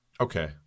Okay